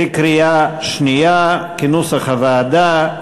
בקריאה שנייה כנוסח הוועדה.